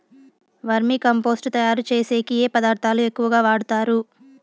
వర్మి compost తయారుచేసేకి ఏ పదార్థాలు ఎక్కువగా వాడుతారు